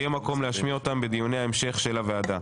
יהיה מקום להשמיע אותן בדיוני ההמשך של הוועדה.